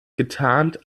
getarnt